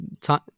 time